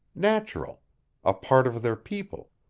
natural a part of their people.